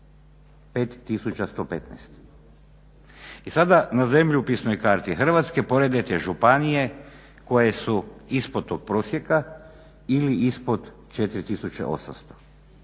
I sada na zemljopisnoj karti Hrvatske poredajte županije koje su ispod tog prosjeka ili ispod 4800.